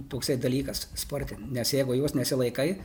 toksai dalykas sporte nes jeigu jos nesilaikai